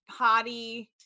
Hottie